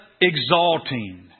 exalting